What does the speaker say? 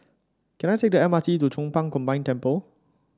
can I take the M R T to Chong Pang Combined Temple